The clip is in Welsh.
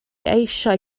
eisiau